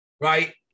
right